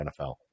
NFL